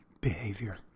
behavior